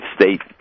state